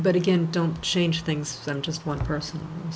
but again don't change things i'm just one person